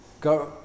Go